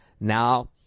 Now